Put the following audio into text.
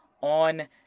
on